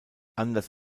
anders